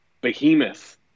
behemoth